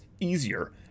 easier